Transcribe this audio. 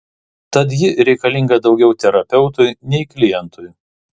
tad ji reikalinga daugiau terapeutui nei klientui